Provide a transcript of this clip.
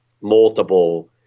multiple